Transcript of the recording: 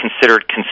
considered